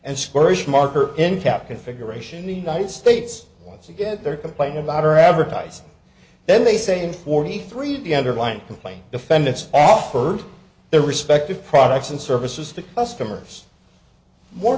cap configuration the united states once again they're complaining about her advertising then they say in forty three of the underlined complaint defendants offered their respective products and services to customers more